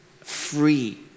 free